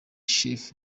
chef